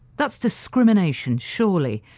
that's discrimination surely!